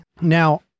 Now